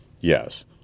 Yes